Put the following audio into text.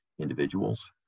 Individuals